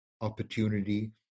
opportunity